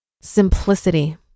Simplicity